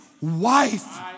wife